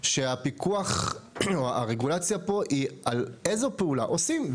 שהפיקוח או הרגולציה פה היא על איזו פעולה עושים.